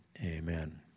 amen